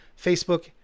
Facebook